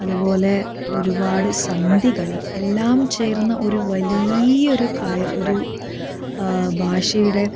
അതുപോലെ ഒരുപാട് സന്ധികള് എല്ലാം ചേർന്ന ഒരു വലിയ ഒരു ഒരു ഭാഷയുടെ